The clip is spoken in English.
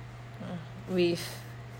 mm with